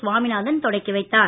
சுவாமிநாதன் தொடக்கி வைத்தார்